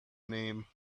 name